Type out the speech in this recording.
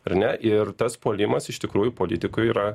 ar ne ir tas puolimas iš tikrųjų politikui yra